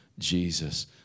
Jesus